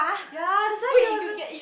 ya that's why she was a